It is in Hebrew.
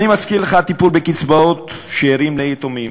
אני מזכיר לך, הטיפול בקצבאות שאירים ליתומים,